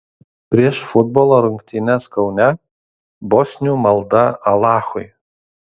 prieš futbolo rungtynes kaune bosnių malda alachui